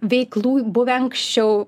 veiklų buvę anksčiau